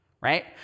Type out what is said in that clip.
right